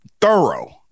thorough